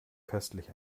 köstlich